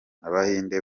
abahinde